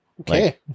Okay